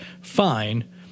fine